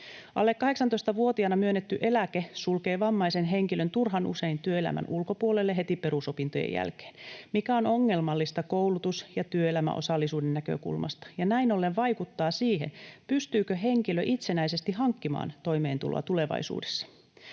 Alle 18-vuotiaana myönnetty eläke sulkee vammaisen henkilön turhan usein työelämän ulkopuolelle heti perusopintojen jälkeen, mikä on ongelmallista koulutus- ja työelämäosallisuuden näkökulmasta, ja näin ollen vaikuttaa siihen, pystyykö henkilö itsenäisesti hankkimaan toimeentuloa tulevaisuudessa.